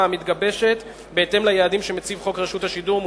המתגבשת בהתאם ליעדים שחוק רשות השידור מציב,